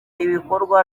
ibikorwa